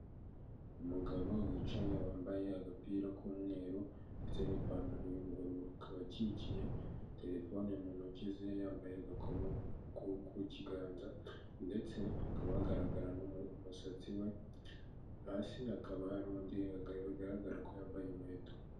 Umugabo wicaye wambaye agapira k'umweru ndetse n'ipantaro y'ubururu, akaba akikiye telefone mu ntoki ze, yambaye agakomo ku kiganza ndetse hakaba hagaragara n'umusatsi we, hasi hakaba hari undi bigaragara ko yambaye inkweto.